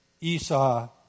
Esau